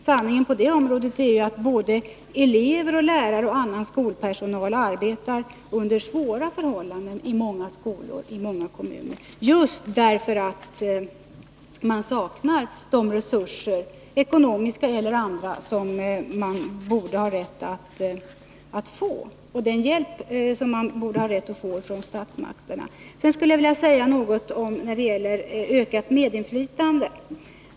Sanningen på det området är att både elever och lärare och annan skolpersonal arbetar under svåra förhållanden i många skolor, i många kommuner, just därför att man saknar de resurser — ekonomiska eller andra — som man borde ha rätt att få, den hjälp man borde ha rätt att få från statsmakterna. Sedan skulle jag vilja säga några ord om detta med ökat medinflytande.